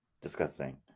disgusting